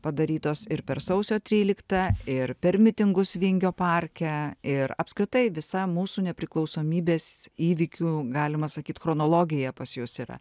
padarytos ir per sausio tryliktą ir per mitingus vingio parke ir apskritai visa mūsų nepriklausomybės įvykių galima sakyt chronologija pas jus yra